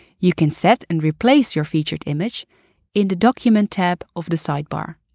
you can set and replace your featured image in the document tab of the sidebar.